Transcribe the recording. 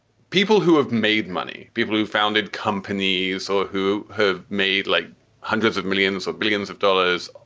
people who have made money. people who founded companies or who have made like hundreds of millions or billions of dollars